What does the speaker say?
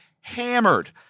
hammered